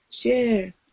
share